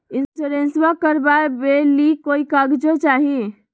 इंसोरेंसबा करबा बे ली कोई कागजों चाही?